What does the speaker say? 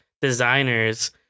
designers